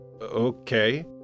Okay